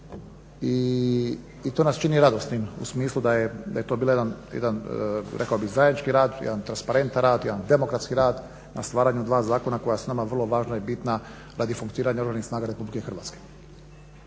i to nas čini radosnim u smislu da je to bio jedan zajednički rad, jedan transparentan rad, jedan demokratski rad na stvaranju dva zakona koja su nama vrlo važna i bitna radi funkcioniranja Oružanih snaga Republike Hrvatske.